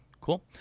Cool